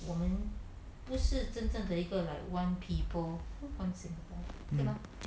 我们不是真正的一个 like one people one singapore 对吗 mm 对